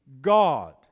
God